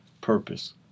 purpose